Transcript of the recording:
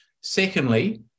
Secondly